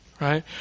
right